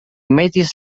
metis